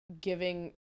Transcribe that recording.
giving